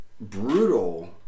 Brutal